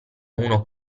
uno